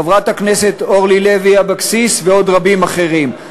חברת הכנסת אורלי לוי אבקסיס ועוד רבים אחרים.